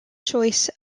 choice